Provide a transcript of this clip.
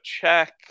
check